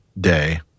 day